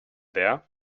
there